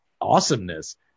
awesomeness